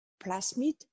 plasmid